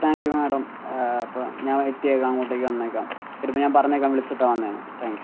thank you madam അപ്പോൾ ഞാൻ എത്തിയേക്കാം അങ്ങോട്ടേക്ക് വന്നേക്കാം വരുമ്പോൾ ഞാൻ പറഞ്ഞേക്കാം വിളിച്ചിട്ടാണ് വന്നതെന്ന് താങ്ക് യൂ